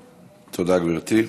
תודה, גברתי.